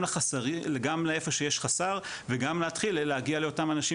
גם לאיפה שיש חסר וגם להתחיל להגיע לאותם אנשים